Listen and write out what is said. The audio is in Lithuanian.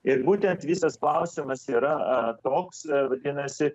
ir būtent visas klausimas yra a toks vadinasi